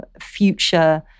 future